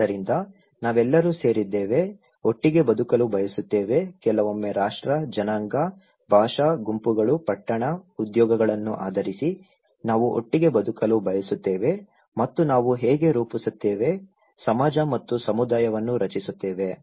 ಆದ್ದರಿಂದ ನಾವೆಲ್ಲರೂ ಸೇರಿದ್ದೇವೆ ಒಟ್ಟಿಗೆ ಬದುಕಲು ಬಯಸುತ್ತೇವೆ ಕೆಲವೊಮ್ಮೆ ರಾಷ್ಟ್ರ ಜನಾಂಗ ಭಾಷಾ ಗುಂಪುಗಳು ಪಟ್ಟಣ ಉದ್ಯೋಗಗಳನ್ನು ಆಧರಿಸಿ ನಾವು ಒಟ್ಟಿಗೆ ಬದುಕಲು ಬಯಸುತ್ತೇವೆ ಮತ್ತು ನಾವು ಹೇಗೆ ರೂಪಿಸುತ್ತೇವೆ ಸಮಾಜ ಮತ್ತು ಸಮುದಾಯವನ್ನು ರಚಿಸುತ್ತೇವೆ